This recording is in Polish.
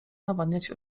nawadniać